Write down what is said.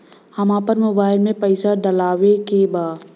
हम आपन मोबाइल में पैसा डलवावे के बा?